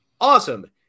Awesome